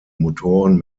motoren